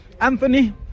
Anthony